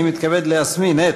אני מתכבד להזמין את